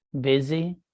busy